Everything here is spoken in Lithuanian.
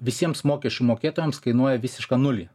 visiems mokesčių mokėtojams kainuoja visišką nulį